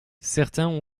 certains